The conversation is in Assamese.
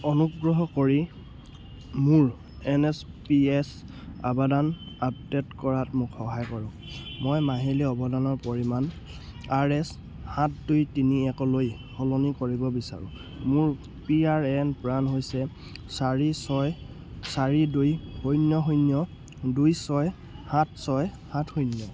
অনুগ্ৰহ কৰি মোৰ এন এচ পি এছ অৱদান আপডেট কৰাত মোক সহায় কৰক মই মাহিলী অৱদানৰ পৰিমাণ আৰ এচ সাত দুই তিনি একলৈ সলনি কৰিব বিচাৰোঁ মোৰ পি আৰ এন প্ৰান হৈছে চাৰি ছয় চাৰি দুই শূন্য শূন্য দুই ছয় সাত ছয় সাত শূন্য